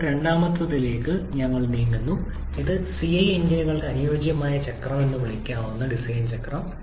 ഇപ്പോൾ രണ്ടാമത്തേതിലേക്ക് ഞങ്ങൾ നീങ്ങുന്നു ഇത് സിഐ എഞ്ചിനുകൾക്ക് അനുയോജ്യമായ ചക്രം എന്ന് വിളിക്കുന്ന ഡിസൈൻ ചക്രം